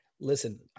Listen